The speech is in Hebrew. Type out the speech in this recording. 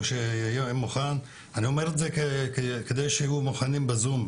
אני אומר את זה כדי שיהיו מוכנים בזום.